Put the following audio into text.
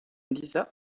lisa